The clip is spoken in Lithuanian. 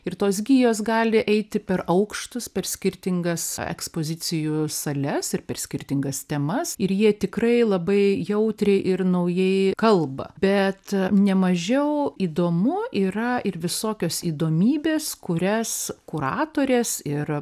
ir tos gijos gali eiti per aukštus per skirtingas ekspozicijų sales ir per skirtingas temas ir jie tikrai labai jautriai ir naujai kalba bet nemažiau įdomu yra ir visokios įdomybės kurias kuratorės ir